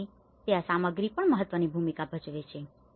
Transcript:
તેથી ત્યાં સામગ્રી પણ મહત્વની ભૂમિકા ભજવે છે